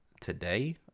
today